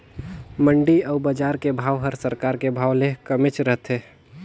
मंडी अउ बजार के भाव हर सरकार के भाव ले कमेच रथे